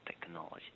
technology